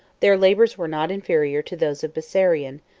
their labors were not inferior to those of bessarion,